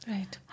Right